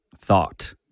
thought